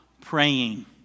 praying